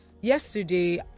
yesterday